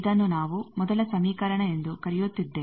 ಇದನ್ನು ನಾವು ಮೊದಲ ಸಮೀಕರಣ ಎಂದು ಕರೆಯುತ್ತಿದ್ದೇವೆ